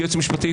כיועץ משפטי,